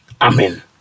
Amen